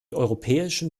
europäischen